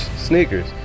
sneakers